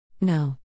No